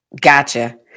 Gotcha